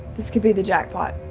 this could be the jackpot.